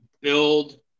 build